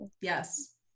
Yes